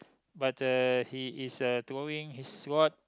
but uh he is uh throwing his rod